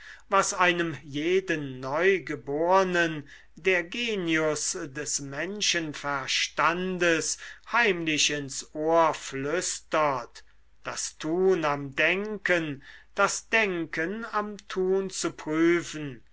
was einem jeden neugebornen der genius des menschenverstandes heimlich ins ohr flüstert das tun am denken das denken am tun zu prüfen